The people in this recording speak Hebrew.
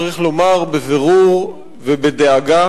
צריך לומר בבירור ובדאגה: